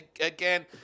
Again